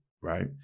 right